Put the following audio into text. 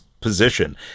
Position